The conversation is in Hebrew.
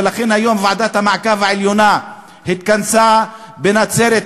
ולכן היום ועדת המעקב העליונה התכנסה בנצרת,